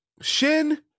Shin